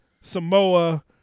Samoa